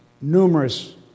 numerous